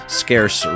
scarce